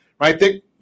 right